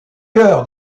cœur